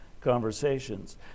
conversations